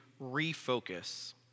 refocus